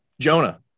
Jonah